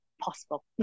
possible